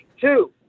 Two